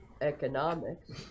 economics